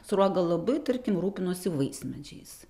sruoga labai tarkim rūpinosi vaismedžiais